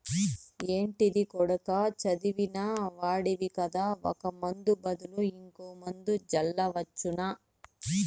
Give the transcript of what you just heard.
ఏంటిది కొడకా చదివిన వాడివి కదా ఒక ముందు బదులు ఇంకో మందు జల్లవచ్చునా